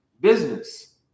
Business